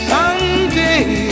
Someday